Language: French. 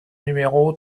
numéro